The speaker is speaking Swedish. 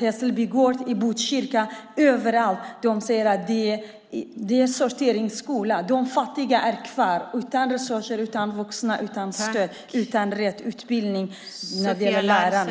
Hässelby gård och Botkyrka - överallt - säger människor att det är en sorteringsskola. De fattiga är kvar utan resurser, utan vuxna och utan stöd, och lärarna har inte rätt utbildning.